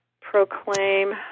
proclaim